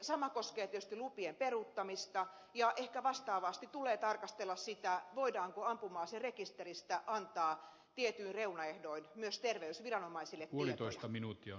sama koskee tietysti lupien peruuttamista ja ehkä vastaavasti tulee tarkastella sitä voidaanko ampuma aserekisteristä antaa tietyin reunaehdoin myös terveysviranomaisille tietoja